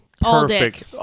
perfect